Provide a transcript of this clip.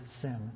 sin